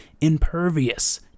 impervious